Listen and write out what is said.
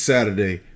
Saturday